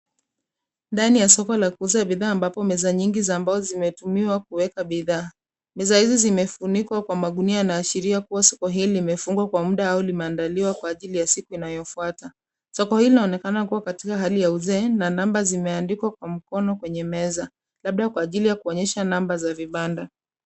Ndani ya soko la kuzuia bidhaa ambapo meza nyingi za mbao zimetumiwa kuweka bidhaa. Meza hizi zimefunikwa kwa magunia inaashiria kuwa soko hili limefungwa kwa muda au limeandaliwa kwa ajili ya siku inayofuata. Soko hili laonekana kuwa katika hali ya uzee na namba zimeandikwa kwa mkono kwenye meza, labda kwa ajili ya kuonesha namba za vibanda.